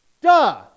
duh